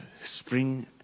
spring